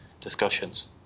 discussions